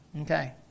Okay